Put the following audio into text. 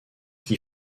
qui